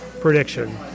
prediction